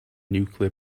nuclear